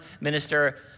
minister